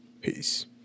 peace